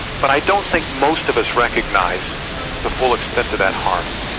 but i don't think most of us recognise the full extent of that harm,